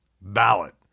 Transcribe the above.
ballot